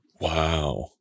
Wow